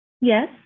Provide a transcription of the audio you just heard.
Yes